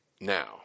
now